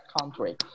country